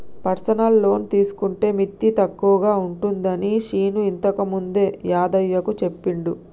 personal loan తీసుకుంటే మిత్తి తక్కువగా ఉంటుందని శీను ఇంతకుముందే యాదయ్యకు చెప్పిండు